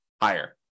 higher